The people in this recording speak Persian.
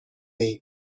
ایم